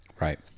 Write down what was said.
Right